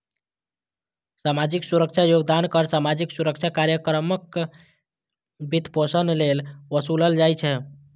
सामाजिक सुरक्षा योगदान कर सामाजिक सुरक्षा कार्यक्रमक वित्तपोषण लेल ओसूलल जाइ छै